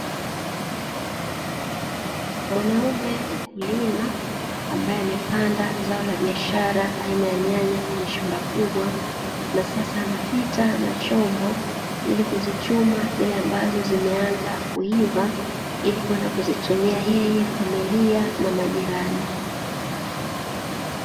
Mwanaume mkulima ambaye amepanda zao la biashara la aina ya nyanya kwenye shamba kubwa na sasa anapita na chombo ili kuzichuma zile ambazo zimenzava ili kwenda kuzitumia yeye, familia na majirani.